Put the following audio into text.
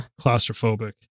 Claustrophobic